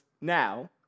now